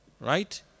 right